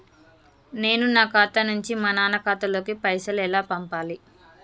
నేను నా ఖాతా నుంచి మా నాన్న ఖాతా లోకి పైసలు ఎలా పంపాలి?